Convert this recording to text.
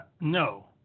No